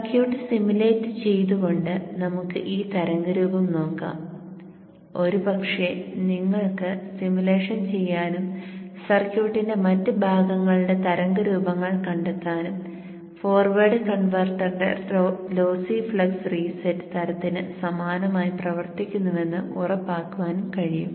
circuit simulate ചെയ്തുകൊണ്ട് നമുക്ക് ഈ തരംഗരൂപം നോക്കാം ഒരുപക്ഷേ നിങ്ങൾക്ക് സിമുലേഷൻ ചെയ്യാനും സർക്യൂട്ടിന്റെ മറ്റ് ഭാഗങ്ങളുടെ തരംഗരൂപങ്ങൾ കണ്ടെത്താനും ഫോർവേഡ് കൺവെർട്ടറിന്റെ ലോസി ഫ്ലക്സ് റീസെറ്റ് തരത്തിന് സമാനമായി പ്രവർത്തിക്കുന്നുവെന്ന് ഉറപ്പാക്കാനും കഴിയും